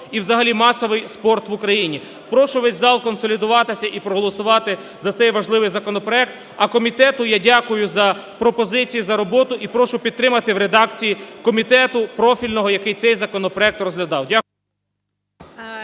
і взагалі масовий спорт в Україні. Прошу весь зал сконсолідуватися і проголосувати за цей важливий законопроект. А комітету я дякую за пропозиції, за роботу і прошу підтримати в редакції комітету профільного, який цей законопроект розглядав. Дякую.